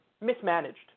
mismanaged